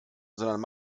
sondern